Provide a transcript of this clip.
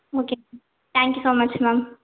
okay ma'am thank you so much ma'am